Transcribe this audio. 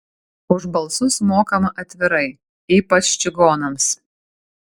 už balsus mokama atvirai ypač čigonams